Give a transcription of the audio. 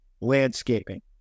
landscaping